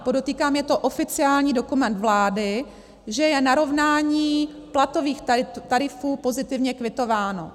Podotýkám, je to oficiální dokument vlády, že je narovnání platových tarifů pozitivně kvitováno.